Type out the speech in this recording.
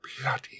bloody